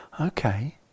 okay